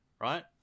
right